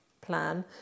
plan